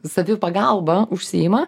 savipagalba užsiima